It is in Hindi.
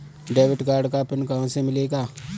डेबिट कार्ड का पिन कहां से मिलेगा?